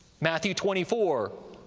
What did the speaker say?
matthew twenty four,